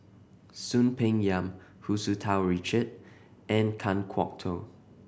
Soon Peng Yam Hu Tsu Tau Richard and Kan Kwok Toh